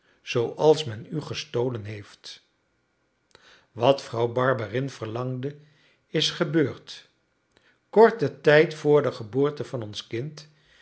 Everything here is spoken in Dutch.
zooals men u gestolen heeft wat vrouw barberin verlangde is gebeurd korten tijd vr de geboorte van ons kind